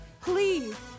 please